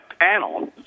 panel